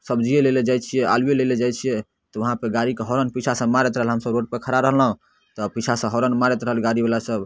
सब्जिये लै लऽ जाइ छियै आलुवे लै लऽ जाइ छियै तऽ उहाँपर गाड़ीके हॉर्न पीछाँसँ मारैत रहल हमसभ रोडपर खड़ा रहलहुँ तऽ पीछाँसँ हॉर्न मारैत रहल गाड़ीवला सभ